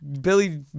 Billy